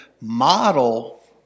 model